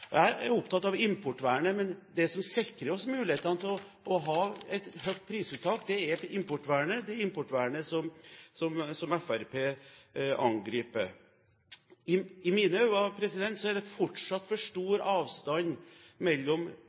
Jeg er opptatt av importvernet, men det som sikrer oss mulighetene til å ha et høyt prisuttak, er importvernet, det importvernet som Fremskrittspartiet angriper. I mine øyne er det fortsatt for stor avstand mellom